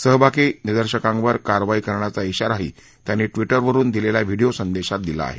सहभागी निदर्शकांवर कारवाई करण्याचा इशाराही त्यांनी ट्विटरवरुन दिलेल्या व्हिडियो संदेशात दिला आहे